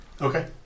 Okay